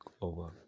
over